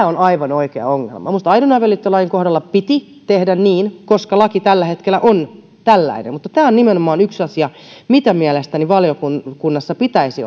on aivan oikea ongelma minusta aito avioliitto lain kohdalla piti tehdä niin koska laki tällä hetkellä on tällainen tämä on nimenomaan yksi asia mitä mielestäni valiokunnassa pitäisi